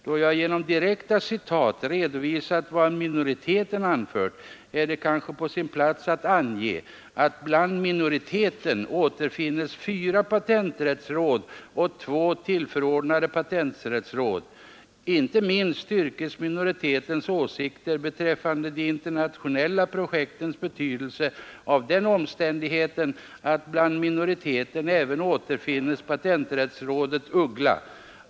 Då jag genom direkta citat redovisat vad minoriteten anfört är det kanske på sin plats att ange, att bland minoriteten återfinnes fyra patenträttsråd och två tillförordnade patenträttsråd. Inte minst styrkes minoritetens åsikter beträffande de internationella projektens betydelse av den omständigheten att bland minoriteten även återfinnes patenträttsrådet Uggla.